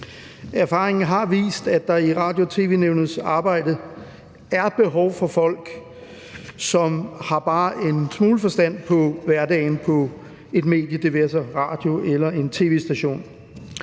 Erfaringerne har vist, at der i Radio- og tv-nævnets arbejde er behov for folk, som har bare en smule forstand på hverdagen på et medie, det være sig en radio- eller en tv-station.